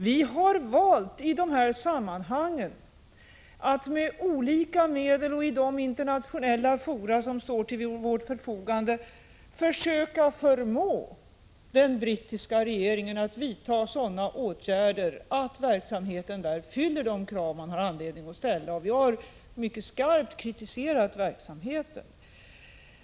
Vi har i de här sammanhangen valt att med olika medel, och i de internationella fora som står till vårt förfogande, försöka förmå den brittiska regeringen att vidta sådana åtgärder att verksamheten där fyller de krav man har anledning att ställa. Vi har mycket skarpt kritiserat verksamheten.